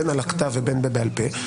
בין על הכתב ובין בעל פה,